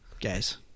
guys